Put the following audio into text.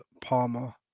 Palmer